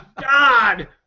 God